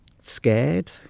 scared